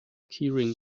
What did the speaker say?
keyring